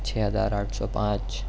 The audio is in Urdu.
چھ ہزار آٹھ سو پانچ